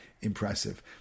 impressive